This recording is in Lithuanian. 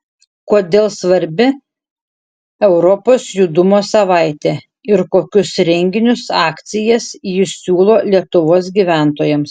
kodėl svarbi europos judumo savaitė ir kokius renginius akcijas ji siūlo lietuvos gyventojams